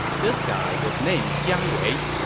this guy was named jiang wei.